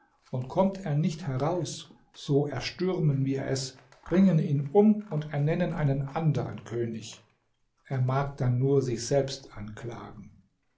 und kommt er nicht heraus so erstürmen wir es bringen ihn um und ernennen einen anderen könig er mag dann nur sich selbst anklagen